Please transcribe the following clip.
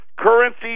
Currency